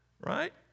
right